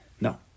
No